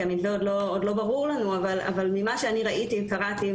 כי המתווה עוד לא ברור לנו אבל ממה שראיתי וקראתי,